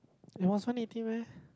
it was one eighty meh